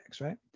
right